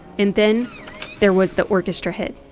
and then there was the orchestra hit.